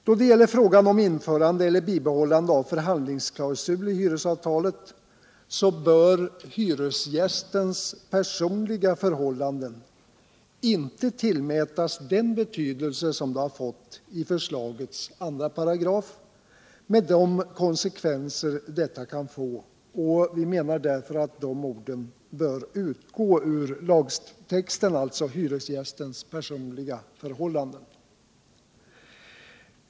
Då det gäller frågan om införande eller bibehållande av förhandlingsklausul i hyresavtalet bör hyresgästens personliga förhållanden inte tillmätas den betydelse de fått i lagförslagets 23 med de konsekvenser denna formulering kan få. Vi menar därför att orden ”hyresgästens personliga förhållanden” bör utgå ur lagtexten.